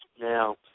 Now